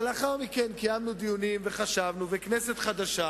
אבל אחר כך קיימנו דיונים וחשבנו, וכנסת חדשה,